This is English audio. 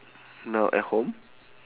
now at home